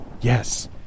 Yes